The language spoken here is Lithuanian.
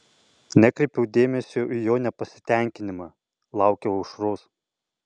nekreipiau dėmesio į jo nepasitenkinimą laukiau aušros